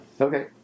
Okay